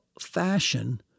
fashion